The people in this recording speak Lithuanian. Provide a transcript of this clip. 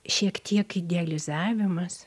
šiek tiek idealizavimas